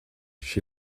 she